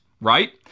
right